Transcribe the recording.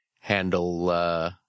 handle